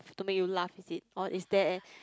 to make you laugh is it or is there